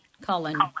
Colin